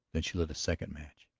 then she lit a second match,